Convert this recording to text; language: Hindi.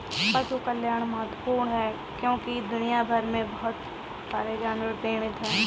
पशु कल्याण महत्वपूर्ण है क्योंकि दुनिया भर में बहुत सारे जानवर पीड़ित हैं